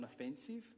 unoffensive